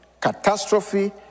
catastrophe